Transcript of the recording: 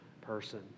person